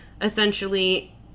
essentially